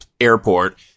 airport